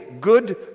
Good